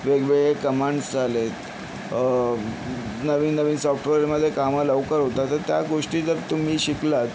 वेगवेगळे कमांडस आले आहेत नवीन नवीन सॉफ्टवेअरमध्ये कामं लवकर होतात तर त्या गोष्टी जर तुम्ही शिकलात